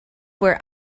were